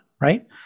right